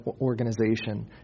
organization